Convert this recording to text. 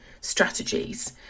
strategies